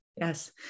Yes